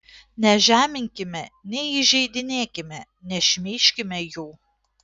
nežeminkime neįžeidinėkime nešmeižkime jų